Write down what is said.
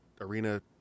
arena